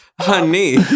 honey